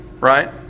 right